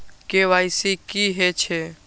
KYC की हे छे?